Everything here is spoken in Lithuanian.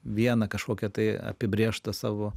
vieną kažkokią tai apibrėžtą savo